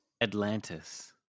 Atlantis